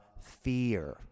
fear